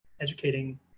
educating